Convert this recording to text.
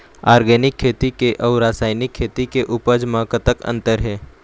Organic खेती के अउ रासायनिक खेती के उपज म कतक अंतर हे?